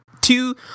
two